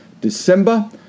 December